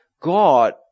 God